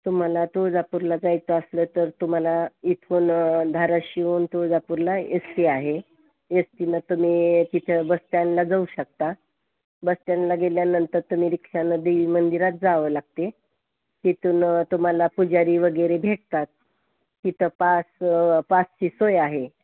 तुम्हाला तुळजापुरला जायचं असलं तर तुम्हाला इथून धाराशिवहून तुळजापुरला एस टी आहे एस टीनं तुम्ही तिथं बस स्टॅण्डला जाऊ शकता बस स्टॅण्डला गेल्यानंतर तुम्ही रिक्षानं देवी मंदिरात जावं लागते तिथून तुम्हाला प पुजारी वगैरे भेटतात तिथं पास पासची सोय आहे